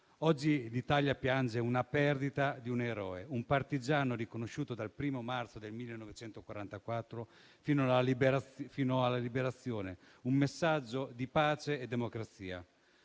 Oggi l'Italia piange la perdita di un eroe, un partigiano riconosciuto dal 1° marzo 1944 fino alla liberazione, un messaggio di pace e democrazia.